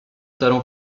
talent